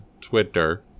twitter